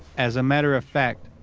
as a matter of fact,